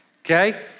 okay